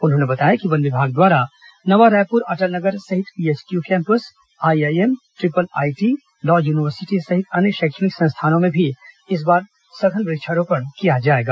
उन्होंने बताया कि वन विभाग द्वारा नवा रायपुर अटल नगर सहित PHQ campus IIM triple IT law university सहित अन्य शैक्षणिक संस्थानों में इस बार सघन वृक्षारोपण किया जाएगा